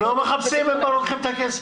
אני חושבת שאפשר לבוא לקראת וצריך לעשות את זה.